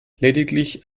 lediglich